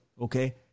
okay